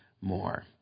more